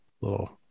little